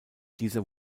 dieser